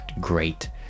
great